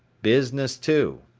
business too.